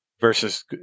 versus